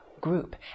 group